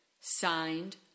Signed